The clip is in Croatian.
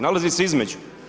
Nalazi se između.